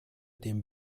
dem